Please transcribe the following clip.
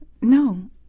No